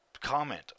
Comment